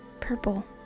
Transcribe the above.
purple